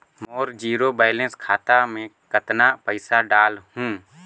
मोर zero balance खाता मे कतना पइसा डाल हूं?